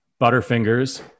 Butterfingers